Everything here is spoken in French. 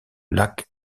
lac